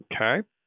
okay